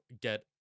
get